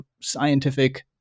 scientific